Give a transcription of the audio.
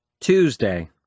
Tuesday